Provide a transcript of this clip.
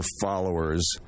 followers